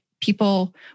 people